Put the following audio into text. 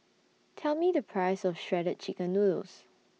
Tell Me The Price of Shredded Chicken Noodles